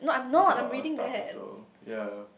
talking about our stuff also ya